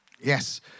Yes